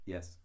Yes